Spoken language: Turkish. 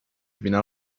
bina